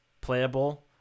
playable